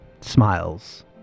smiles